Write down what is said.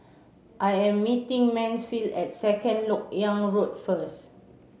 I am meeting Mansfield at Second Lok Yang Road first